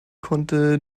konnte